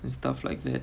and stuff like that